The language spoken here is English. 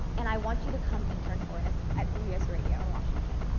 and i want you to come intern for us at cbs radio in washington.